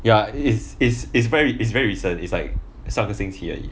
ya it's it's it's very it's very recent it's like 上个星期而已